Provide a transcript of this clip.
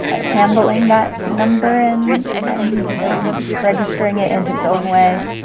ah handling that number in and registering it in his own way.